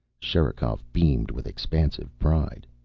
sherikov beamed with expansive pride.